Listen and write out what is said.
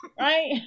Right